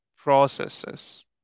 processes